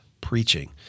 preaching